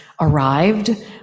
arrived